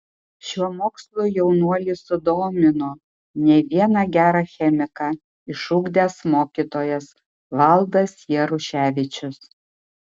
šiuo mokslu jaunuolį sudomino ne vieną gerą chemiką išugdęs mokytojas valdas jaruševičius